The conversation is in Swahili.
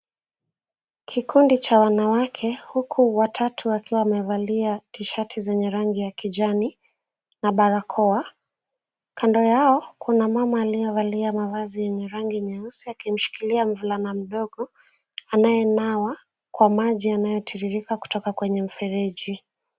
Kikundi cha wanawake huku watatu wakiwa wamevalia T-shirt zenye rangi ya kijani na barakoa. Kando yao kuna mama aliyevalia mavazi yenye rangi nyeusi akimshikilia mvulana mdogo anayenawa kwa maji yanayotiririka kutoka kwenye mfereji.